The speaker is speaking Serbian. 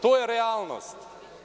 To je realnost.